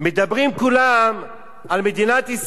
מדברים כולם על מדינת ישראל,